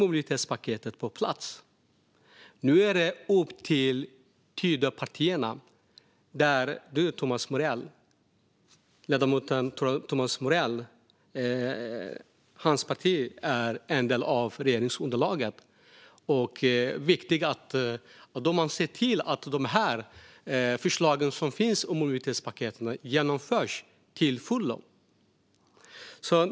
Nu finns det på plats. Nu är det upp till Tidöpartierna - ledamoten Thomas Morells parti är en del av regeringsunderlaget - att se till att de förslag som finns och mobilitetspaketet genomförs till fullo.